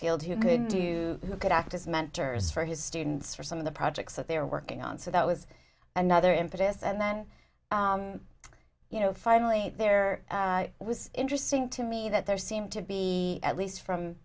field who could do who could act as mentors for his students for some of the projects that they're working on so that was another impetus and then you know finally there was interesting to me that there seemed to be at least from